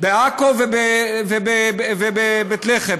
בעכו ובבית לחם,